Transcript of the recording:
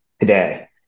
today